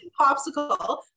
Popsicle